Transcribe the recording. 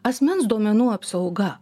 asmens duomenų apsauga